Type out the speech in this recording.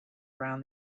ran